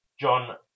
John